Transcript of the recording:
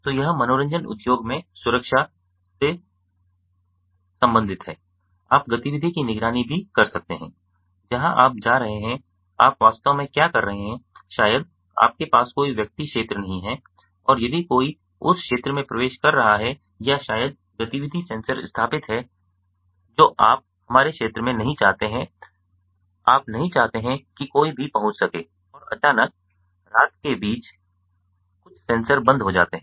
तो यह मनोरंजन उद्योग में सुरक्षा से है आप गतिविधि की निगरानी भी कर सकते हैं जहाँ आप जा रहे हैं कि आप वास्तव में क्या कर रहे हैं शायद आपके पास कोई व्यक्ति क्षेत्र नहीं है और यदि कोई उस क्षेत्र में प्रवेश कर रहा है या शायद गतिविधि सेंसर स्थापित है जो आप हमारे क्षेत्र में नहीं चाहते हैं आप नहीं चाहते हैं कि कोई भी पहुंच सकेऔर अचानक रात के बीच में कुछ सेंसर बंद हो जाते हैं